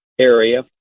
area